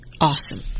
Awesome